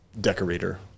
decorator